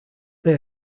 they